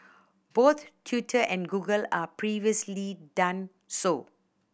both Twitter and Google are previously done so